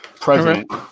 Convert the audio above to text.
president